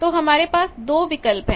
तो हमारे पास दो विकल्प है